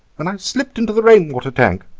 and i've slipped into the rain-water tank.